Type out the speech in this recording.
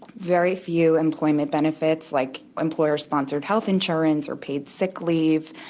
very few employment benefits like employer-sponsored health insurance or paid sick leave,